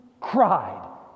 cried